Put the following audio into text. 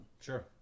Sure